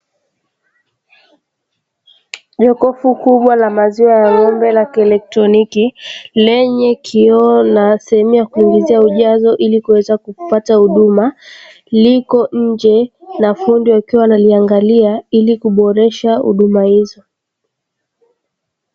Jokofu kubwa la maziwa ya n'gombe la kieletroniki, lenye kioo la asilimia kuongezea ujazo ili kuweza kupata huduma, liko nje mafundi wakwa wakiloangalia ili kuboresha kupata huduma hizo.